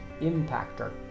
impactor